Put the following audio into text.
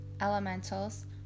elementals